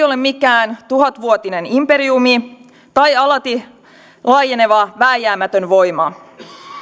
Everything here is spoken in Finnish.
ole mikään tuhatvuotinen imperiumi tai alati laajeneva vääjäämätön voima